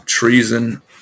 treason